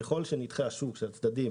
ככל שנתח השוק של הצדדים